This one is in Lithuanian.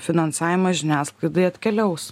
finansavimas žiniasklaidai atkeliaus